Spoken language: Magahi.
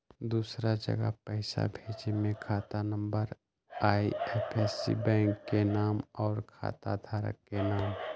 दूसरा जगह पईसा भेजे में खाता नं, आई.एफ.एस.सी, बैंक के नाम, और खाता धारक के नाम?